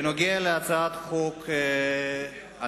בעניין הצעת החוק הנדונה,